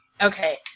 Okay